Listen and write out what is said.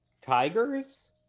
Tigers